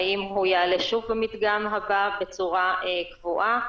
האם הוא יעלה שוב במדגם הבא בצורה קבועה?